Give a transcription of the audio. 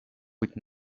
быть